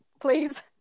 please